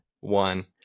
one